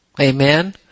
Amen